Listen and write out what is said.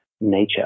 nature